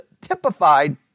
typified